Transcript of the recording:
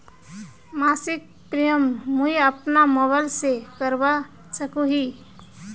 मासिक प्रीमियम मुई अपना मोबाईल से करवा सकोहो ही?